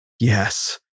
yes